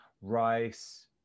rice